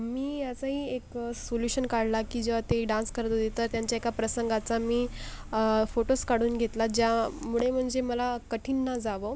मी याचं ही एक सोल्यूशन काढला की जेव्हा ते डान्स करत होते तर त्यांच्या एका प्रसंगाचा मी फोटोस काढून घेतला ज्यामुळे म्हणजे मला कठीण न जावं